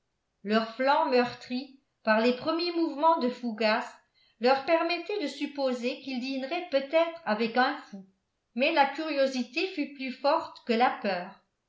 leurs flancs meurtris par les premiers mouvements de fougas leur permettaient de supposer qu'ils dîneraient peut-être avec un fou mais la curiosité fut plus forte que la peur